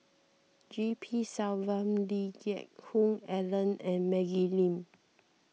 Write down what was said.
G P Selvam Lee Geck Hoon Ellen and Maggie Lim